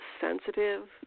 sensitive